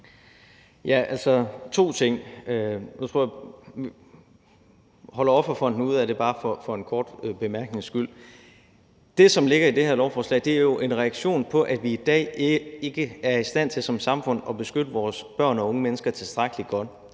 Jeg har to ting – og nu tror jeg, vi holder Offerfonden ude af det bare for en kort bemærknings skyld. Det, som ligger i det her lovforslag, er jo en reaktion på, at vi i dag ikke er i stand til som samfund at beskytte vores børn og unge mennesker tilstrækkelig godt.